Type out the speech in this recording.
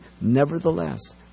Nevertheless